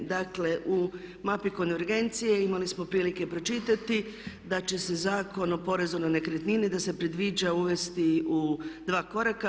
Dakle, u mapi konvergencije imali smo prilike pročitati da će se Zakon o porezu na nekretnine da se predviđa uvesti u dva koraka.